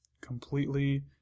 completely